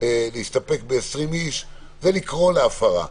להסתפק ב-20 איש, זה לקרוא להפרה.